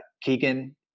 Keegan